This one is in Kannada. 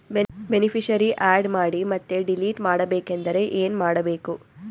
ಬೆನಿಫಿಶರೀ, ಆ್ಯಡ್ ಮಾಡಿ ಮತ್ತೆ ಡಿಲೀಟ್ ಮಾಡಬೇಕೆಂದರೆ ಏನ್ ಮಾಡಬೇಕು?